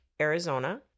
Arizona